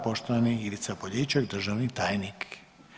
Poštovani Ivica Poljičak državni tajnik.